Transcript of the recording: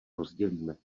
rozdělíme